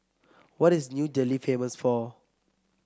what is New Delhi famous for